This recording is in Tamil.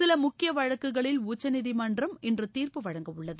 சில முக்கிய வழக்குகளில் உச்சநீதிமன்றம் இன்று தீர்ப்பு வழங்க உள்ளது